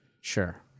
Sure